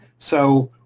so,